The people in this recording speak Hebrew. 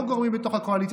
לא גורמים בתוך הקואליציה,